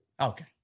Okay